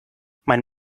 mein